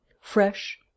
fresh